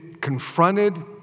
confronted